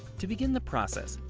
to begin the process,